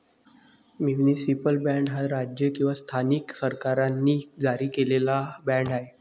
municipal bond हा राज्य किंवा स्थानिक सरकारांनी जारी केलेला बाँड आहे